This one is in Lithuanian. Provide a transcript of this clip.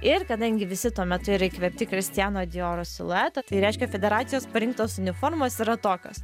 ir kadangi visi tuo metu yra įkvėpti kristiano dioro silueto tai reiškia federacijos parinktos uniformos yra tokios